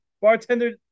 Bartender